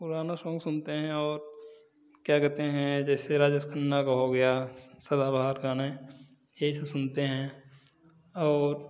पुराना सॉन्ग सुनते हैं और क्या कहते हैं जैसे राजेश खन्ना का हो गया स सदाबहार गाने यही सब सुनते हैं और